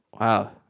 Wow